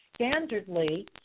standardly